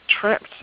trapped